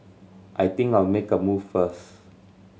I think I'll make a move first